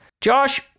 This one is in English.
Josh